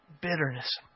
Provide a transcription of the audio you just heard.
bitterness